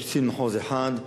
יש קצין מחוז אחד.